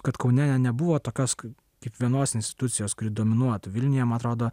kad kaune nebuvo tokios kaip vienos institucijos kuri dominuotų vilniuje man atrodo